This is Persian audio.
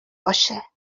باشه